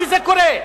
שזה קורה.